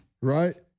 right